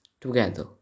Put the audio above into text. Together